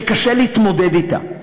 שקשה להתמודד אתה.